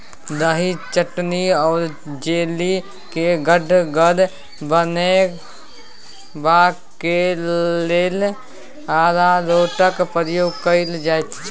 दही, चटनी आ जैली केँ गढ़गर बनेबाक लेल अरारोटक प्रयोग कएल जाइत छै